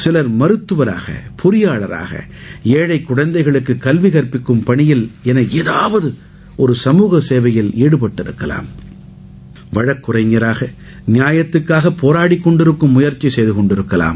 சிவர் மருத்துவராக பொறியாளராக ஏழை குழந்தைகளுக்கு கல்வி கற்பிக்கும் பணி என ஏதாவது சமுகசேவையில் ஈடுபட்டிருக்கலாம் வழக்கறிஞராக நியாயத்திற்காக போராடிக் கொண்டிருக்கும் முயற்சி செய்து கொண்டிருக்கலாம்